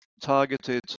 targeted